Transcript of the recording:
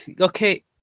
Okay